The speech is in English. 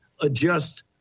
adjust